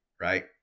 right